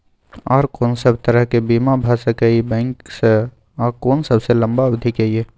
आर कोन सब तरह के बीमा भ सके इ बैंक स आ कोन सबसे लंबा अवधि के ये?